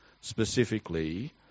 specifically